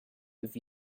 with